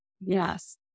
Yes